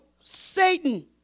Satan